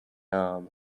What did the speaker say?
arm